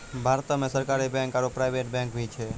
भारतो मे सरकारी बैंक आरो प्राइवेट बैंक भी छै